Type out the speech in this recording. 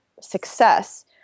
success